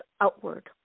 outward